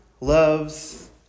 loves